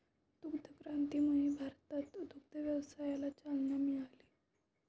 दुग्ध क्रांतीमुळे भारतात दुग्ध व्यवसायाला चालना मिळाली